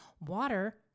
Water